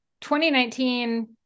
2019